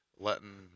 letting